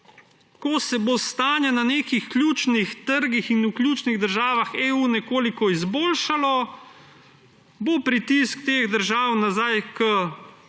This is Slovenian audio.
Ko se bo stanje na nekih ključnih trgih in v ključnih državah EU nekoliko izboljšalo, bo pritisk teh držav nazaj k